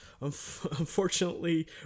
Unfortunately